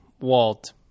Walt